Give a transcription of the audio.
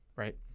right